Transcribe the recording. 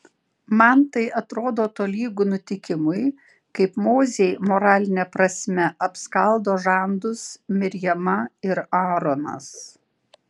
man tai atrodo tolygu nutikimui kaip mozei moraline prasme apskaldo žandus mirjama ir aaronas